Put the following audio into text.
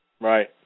Right